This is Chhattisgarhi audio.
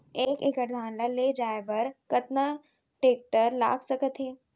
एक एकड़ धान ल ले जाये बर कतना टेकटर लाग सकत हे?